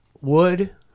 wood